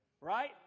right